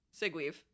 Sigweave